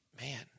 man